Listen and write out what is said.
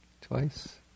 Twice